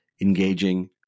engaging